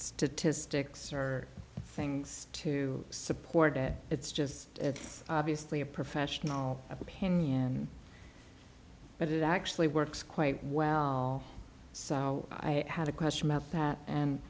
statistics or things to support it it's just it's obviously a professional opinion but it actually works quite well so i had a question about that and